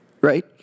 right